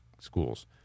schools